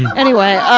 anyway, ah,